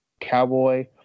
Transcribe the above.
cowboy